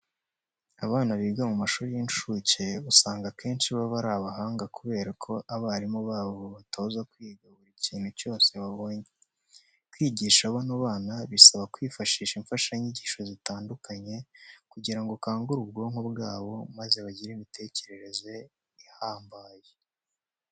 Abana biga mu mashuri y'incuke usanga akenshi baba ari abahanga kubera ko abarimu babo babatoza kwiga buri kintu cyose babonye. Kwigisha bano bana bisaba kwifashisha imfashanyigisho zitandukanye kugira ngo ukangure ubwonko bwabo maze bagire imitekerereze ihambaye.